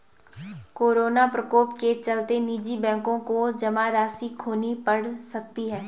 corona प्रकोप के चलते निजी बैंकों को जमा राशि खोनी पढ़ सकती है